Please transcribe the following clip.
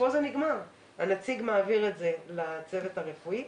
הנציג מעביר את זה לצוות הרפואי,